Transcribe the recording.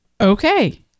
Okay